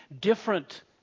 different